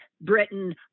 Britain